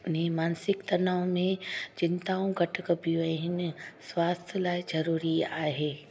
अने मानसिक तनाउ में चिंताऊं घटि कबियूं आहिनि स्वास्थ लाइ ज़रूरी आहे